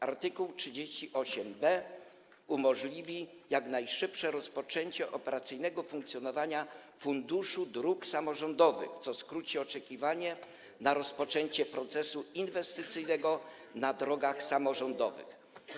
Art. 38b umożliwi jak najszybsze rozpoczęcie operacyjnego funkcjonowania Funduszu Dróg Samorządowych, co skróci oczekiwanie na rozpoczęcie procesu inwestycyjnego na drogach samorządowych.